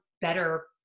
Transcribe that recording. better